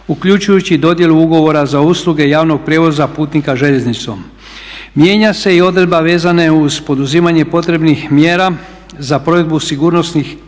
uključujući i dodjelu ugovora za usluge javnog prijevoza putnika željeznicom. Mijenja se i odredba veza uz poduzimanje potrebnih mjera za provedbu sigurnosnih